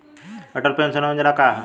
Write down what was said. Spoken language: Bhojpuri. अटल पेंशन योजना का ह?